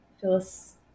Phyllis